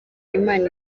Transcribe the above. imana